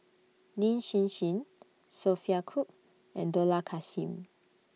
Lin Hsin Hsin Sophia Cooke and Dollah Kassim